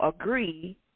agree